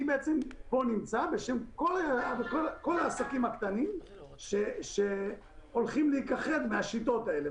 אני נמצא פה בשם כל העסקים הקטנים שהולכים להיכחד בגלל השיטות האלו,